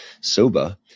SOBA